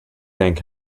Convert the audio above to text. thank